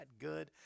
good